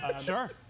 Sure